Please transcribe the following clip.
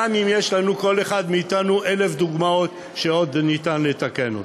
גם אם יש לכל אחד מאתנו אלף דוגמאות למה שעוד ניתן לתקן בה.